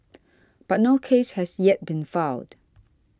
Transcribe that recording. but no case has yet been filed